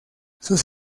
sus